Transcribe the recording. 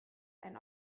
ein